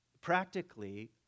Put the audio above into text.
practically